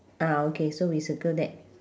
ah okay so we circle that